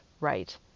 right